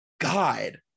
God